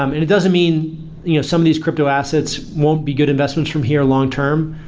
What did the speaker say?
um it it doesn't mean you know some of these crypto assets won't be good investments from here long-term.